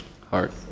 Hard